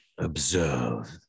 Observe